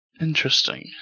Interesting